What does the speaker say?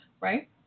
right